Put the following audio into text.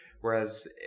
Whereas